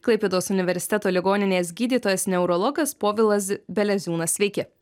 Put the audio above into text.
klaipėdos universiteto ligoninės gydytojas neurologas povilas beleziūnas sveiki